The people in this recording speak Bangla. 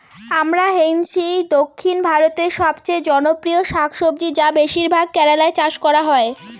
আমরান্থেইসি দক্ষিণ ভারতের সবচেয়ে জনপ্রিয় শাকসবজি যা বেশিরভাগ কেরালায় চাষ করা হয়